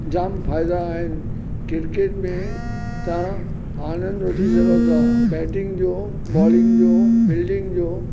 जामु फ़ाइदा आहिनि क्रिकेट में तव्हां आनंद वठी सघो था बेटिंग जो बॉलिंग जो फिल्डिंग जो